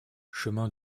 chemin